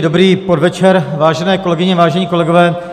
Dobrý podvečer, vážené kolegyně, vážení kolegové.